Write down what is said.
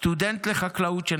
סטודנט לחקלאות,